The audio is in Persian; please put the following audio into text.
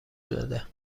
داده